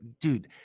Dude